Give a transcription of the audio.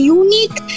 unique